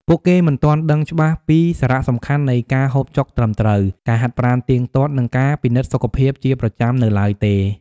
ពួកគេមិនទាន់ដឹងច្បាស់ពីសារៈសំខាន់នៃការហូបចុកត្រឹមត្រូវ ការហាត់ប្រាណទៀងទាត់ និងការពិនិត្យសុខភាពជាប្រចាំនៅឡើយទេ។